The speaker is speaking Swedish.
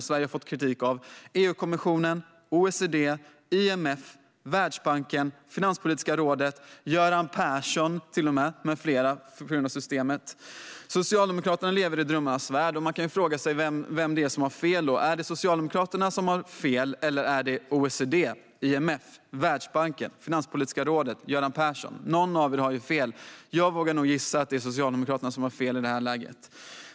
Sverige har fått kritik av EU-kommissionen, OECD, IMF, Världsbanken, Finanspolitiska rådet och till och med Göran Persson med flera för detta. Socialdemokraterna lever i drömmarnas värld. Man kan ju fråga sig vem det är som har fel. Är det Socialdemokraterna som har fel, eller är det OECD, IMF, Världsbanken, Finanspolitiska rådet och Göran Persson? Någon av er har fel. Jag vågar nog gissa att det är Socialdemokraterna som har fel i detta läge.